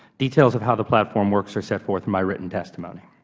details of how the platform works are set forth in my written testimony.